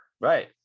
Right